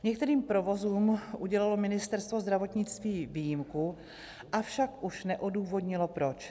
Některým provozům udělilo Ministerstvo zdravotnictví výjimku, avšak už neodůvodnilo proč.